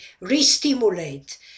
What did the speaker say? re-stimulate